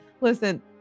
listen